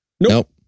Nope